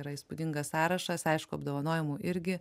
yra įspūdingas sąrašas aišku apdovanojimų irgi